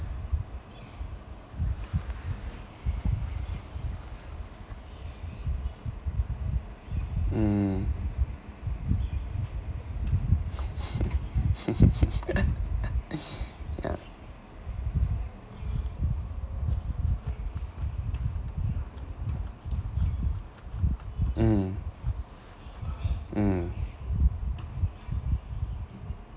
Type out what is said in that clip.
mm yeah mm mm